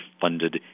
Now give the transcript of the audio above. funded